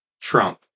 Trump